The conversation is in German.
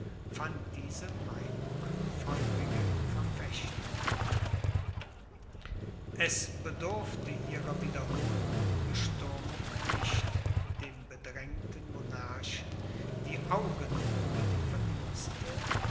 fand diese meinung feurige verfechter es bedurfte ihrer wiederholten bestürmung nicht dem bedrängten monarchen die augen über die verdienste